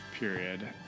period